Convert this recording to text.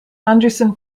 anderson